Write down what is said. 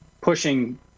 pushing